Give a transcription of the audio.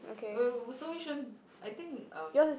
oh so which one I think um